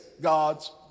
God's